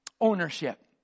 Ownership